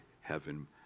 heaven